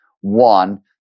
One